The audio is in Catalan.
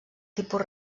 tipus